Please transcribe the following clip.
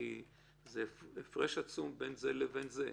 כי זה הפרש עצום בין זה לבין זה.